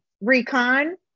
recon